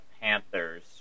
Panthers